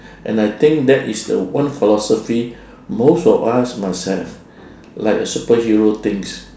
and I think that is the one philosophy most of us must have like a superhero things